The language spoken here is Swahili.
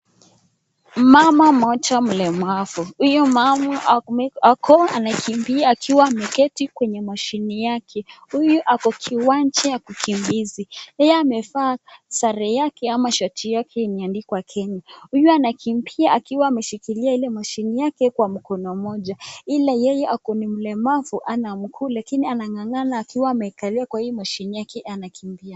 Mmama mmjoja mlemavu. Huyu mama Ako anakimbia akiwa ameketi kwenye mashine yake huyu Ako kiwanja ya ukimbizi , yeye amevaa sare yake ama taji yake imeandikwa Kenya . Huyu anakimbia akiwa ameshikilia Ili mashine yake kwa mkono mmoja ila yeye Ako na ulemavu Hana mguu lakini anangangana kwa hii mashine yake akiwa anakimbia.